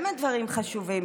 באמת דברים חשובים.